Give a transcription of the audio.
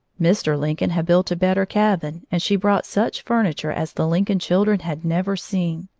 mr. lincoln had built a better cabin, and she brought such furniture as the lincoln children had never seen.